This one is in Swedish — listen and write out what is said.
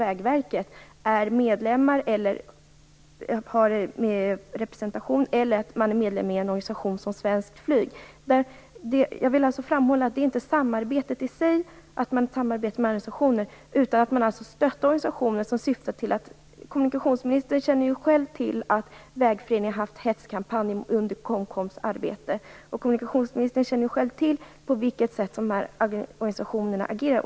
Vägverket, är medlemmar eller har representation i en organisation som Svenskt Flyg. Jag vill framhålla att jag inte talar om samarbetet i sig med organisationerna, utan om stöttandet av organisationerna. Kommunikationsminstern känner ju själv till att Vägföreningen har haft hetskampanjer under KOMKOM:s arbete, och hon känner till det sätt på vilket de här organisationerna agerar.